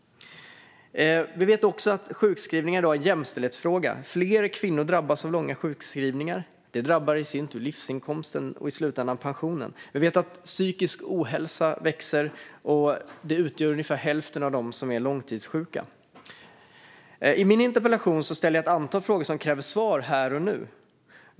Vi vet att sjukskrivningar i dag är en jämställdhetsfråga. Fler kvinnor drabbas av långa sjukskrivningar. Det drabbar i sin tur livsinkomsten och i slutändan pensionen. Vi vet att psykisk ohälsa ökar, och detta utgör ungefär hälften av dem som är långtidssjuka. I min interpellation ställde jag ett antal frågor som kräver svar här och nu.